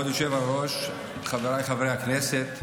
כבוד היושב-ראש, חבריי חברי הכנסת,